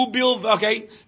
Okay